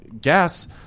gas